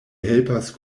helpas